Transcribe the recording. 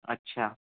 अच्छा